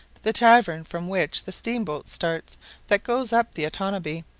the tavern from which the steam-boat starts that goes up the otanabee,